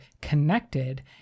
connected